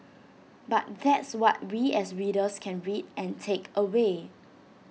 but that's what we as readers can read and take away